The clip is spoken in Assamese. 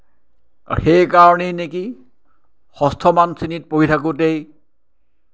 সেইকাৰণেই নেকি ষষ্ঠমান শ্ৰেণীত পঢ়ি থাকোঁতেই